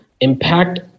impact